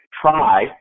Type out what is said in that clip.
try